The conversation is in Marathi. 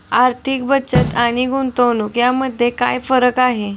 आर्थिक बचत आणि गुंतवणूक यामध्ये काय फरक आहे?